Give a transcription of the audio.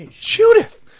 Judith